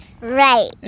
Right